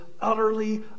utterly